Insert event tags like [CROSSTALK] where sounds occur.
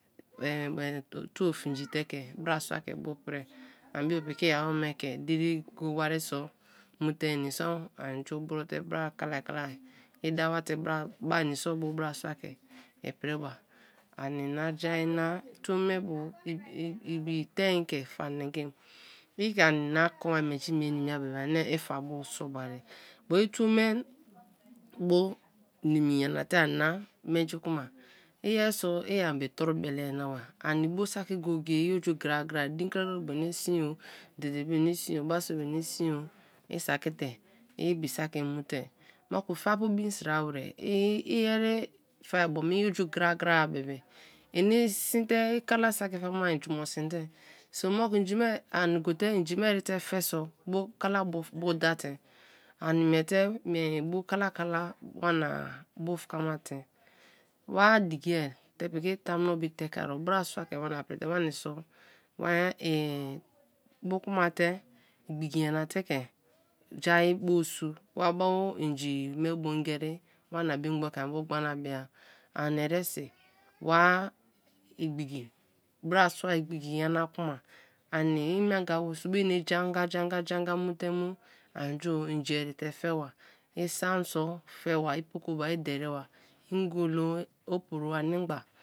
[UNINTELLIGIBLE] tuo finji te ke brasua ke ibu pri ani bio piki i-awome ke diri go wari so mate iniso anju bro te bra kalai kalai, ye dawo te [HESITATION] ba ini so bo brasua ke i priba, ani na ja ma, tuo bu ibitein ka fa nengim, i ke ani kon ba menji nimi-a bebe ani i fa bu so ba re but i tuo me bo nimi nyana te ani na menji kuma, i yer so i a be torbele nyanaba ani bo nimi nyana te ani na menji kuma; i yer so i a be torbele nyanaba ani bo saki go-go-e i oju gra-agra din krakra ogbo eni sin o, dede bio eni sin o, ba so bio eni sin o, i saki te ibi saki mu te; mo ku fa pu bin sra wer [HESITATION] irare fa bo me i oju gra-gra be be eni sin te i ka saki fa ba i jumo sin te so moku inji me, an gote inji me erite fe so bo kala bu da te ani miete mie bo kala kala wana bufka ma te; wa dikie te piki tamuno be tekea o brasua ke wani prite, wani so wa [HESITATION] bu kro ma te igbiki nyana te ke jaa bu sun; wa ba o inji me bo ngeri wana biogbon ke ini bio gbana bra, ani eresi, wa igbiki, brasua igbiki nyana kma, ini [UNINTELLIGIBLE] ja anga ja anga ja anga mu te mu an ju inji erite fe ba, isam so te ba; i poko ba i deri ba; ngolo, oporo ani gba.